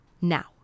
Now